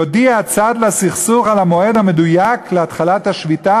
יודיע הצד לסכסוך על המועד המדויק של התחלת השביתה